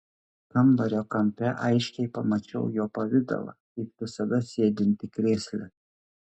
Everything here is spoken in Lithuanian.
kambario kampe aiškiai pamačiau jo pavidalą kaip visada sėdintį krėsle